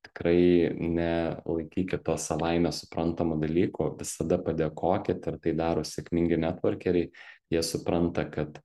tikrai ne laikykit to savaime suprantamu dalyku visada padėkokit ir tai daro sėkmingi netvorkeriai jie supranta kad